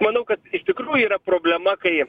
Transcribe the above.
manau kad iš tikrųjų yra problema kai